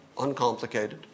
uncomplicated